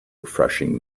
refreshing